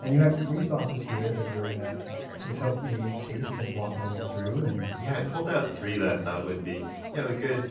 and you have three sauces here that you're going to sort of help me taste and walk my way through and yeah i pulled out three that i thought would be you know a good